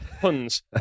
puns